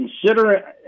consider